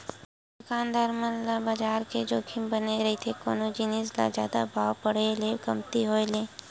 दुकानदार मन ल बजार के जोखिम बने रहिथे कोनो जिनिस के जादा भाव बड़हे ले कमती होय ले